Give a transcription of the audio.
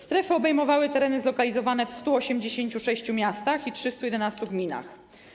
Strefy obejmowały tereny zlokalizowane w 186 miastach i 311 gminach.